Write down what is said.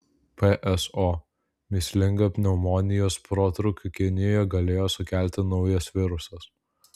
pso mįslingą pneumonijos protrūkį kinijoje galėjo sukelti naujas virusas